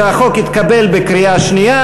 שהחוק יתקבל בקריאה שנייה,